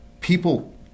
People